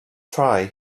try